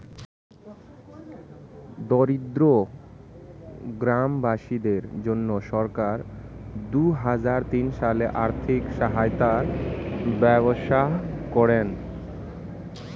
দরিদ্র গ্রামবাসীদের জন্য সরকার দুহাজার তিন সালে আর্থিক সহায়তার ব্যবস্থা করেন